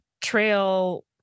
trail